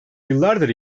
yıllardır